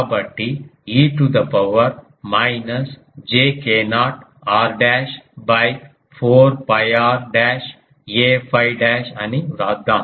కాబట్టి e to the power minus j k0 r dash 4 𝛑 r dash a 𝛟 dash అని వ్రాద్దాం